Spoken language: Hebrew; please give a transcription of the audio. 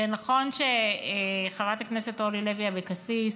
זה נכון שגם חברת הכנסת אורלי לוי אבקסיס